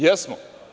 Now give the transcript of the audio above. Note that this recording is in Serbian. Jesmo.